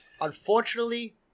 Unfortunately